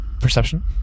perception